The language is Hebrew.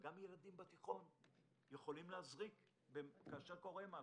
וגם ילדים בתיכון יכולים להזריק כאשר קורה משהו.